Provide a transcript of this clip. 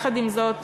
עם זאת,